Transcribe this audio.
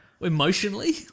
Emotionally